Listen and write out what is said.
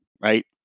right